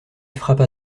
frappa